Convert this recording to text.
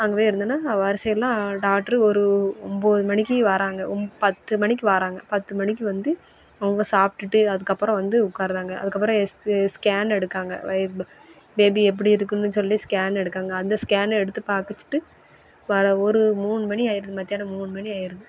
அங்கே போய் இருந்தோன்னா வரிசை எல்லாம் டாக்டரு ஒரு ஒன்பது மணிக்கு வாராங்க பத்து மணிக்கு வாராங்க பத்து மணிக்கு வந்து அவங்க சாப்பிட்டுட்டு அதுக்கப்புறம் வந்து உட்காருதாங்க அதுக்கப்புறம் எக்ஸ் ஸ்கேன் எடுக்காங்க வயிறில் பேபி எப்படி இருக்குன்னு சொல்லி ஸ்கேன் எடுக்கிறாங்க அந்த ஸ்கேன் எடுத்துவிட்டு பாக்குச்சிட்டு வர ஒரு மூணு மணி ஆயிருது மத்தியானம் மூணு மணி ஆயிருது